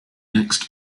next